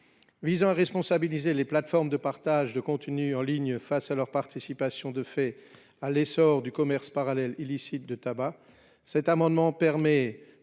vise à responsabiliser les plateformes de partage de contenus en ligne quant à leur participation de fait à l'essor du commerce parallèle illicite de tabac, en limitant le